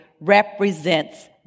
represents